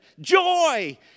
joy